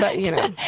but you know,